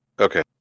Okay